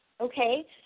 okay